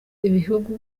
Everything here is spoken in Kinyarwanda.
ibihugu